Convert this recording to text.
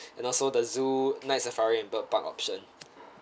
and also the zoo night safari and bird park option